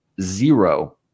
zero